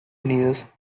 unidos